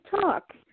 Talk